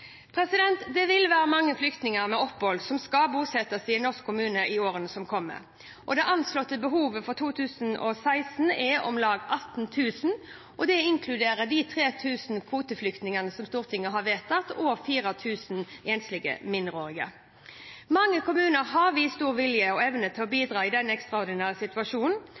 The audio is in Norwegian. Det vil være mange flyktninger med opphold som skal bosettes i norske kommuner i årene som kommer. Det anslåtte behovet for 2016 er om lag 18 000, og det inkluderer de 3 000 kvoteflyktningene som Stortinget har vedtatt, og 4 000 enslige mindreårige. Mange kommuner har vist stor vilje og evne til å bidra i denne ekstraordinære situasjonen.